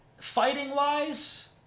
Fighting-wise